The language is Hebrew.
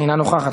אינה נוכחת.